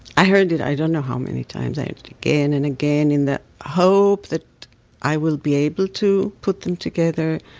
i heard it, i don't know how many times. i heard it again and again, in the hope that i will be able to put them together.